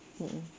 mm mm